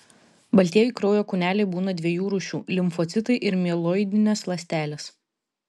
baltieji kraujo kūneliai būna dviejų rūšių limfocitai ir mieloidinės ląstelės